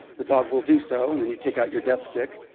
the dog will do so, and then you take out your death stick,